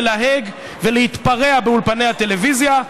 ללהג ולהתפרע באולפני הטלוויזיה,